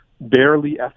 barely